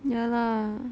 yeah lah